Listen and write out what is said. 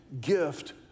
gift